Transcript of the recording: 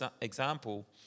example